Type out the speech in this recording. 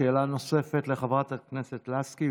שאלה נוספת לחברת הכנסת לסקי.